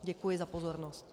Děkuji za pozornost.